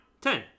ten